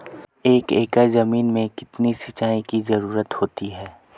एक एकड़ ज़मीन में कितनी सिंचाई की ज़रुरत होती है?